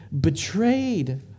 betrayed